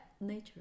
nature